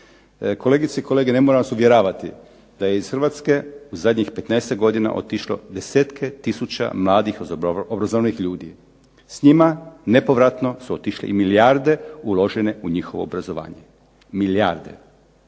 Kolegice i kolege, ne moram vas uvjeravati da je iz Hrvatske zadnjih petnaestak godina otišlo desetke tisuća mladih obrazovnih ljudi. S njima nepovratno su otišle i milijarde uložene u njihovo obrazovanje, milijarde.